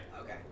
Okay